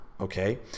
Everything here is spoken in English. Okay